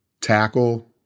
tackle